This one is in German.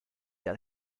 der